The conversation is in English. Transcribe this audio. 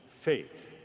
faith